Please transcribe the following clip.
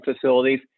facilities